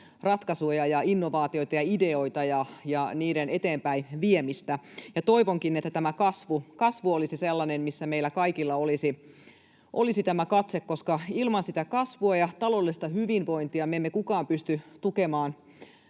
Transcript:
ratkaisuja ja innovaatioita ja ideoita ja niiden eteenpäinviemistä. Toivonkin, että tämä kasvu olisi sellainen, missä meillä kaikilla olisi katse, koska ilman kasvua ja taloudellista hyvinvointia me emme kukaan pysty tukemaan